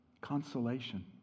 Consolation